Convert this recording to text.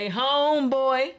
homeboy